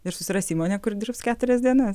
ir susiras įmonę kur dirbs keturias dienas